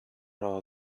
all